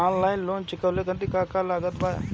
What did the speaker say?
Online loan चुकावे खातिर का का लागत बा?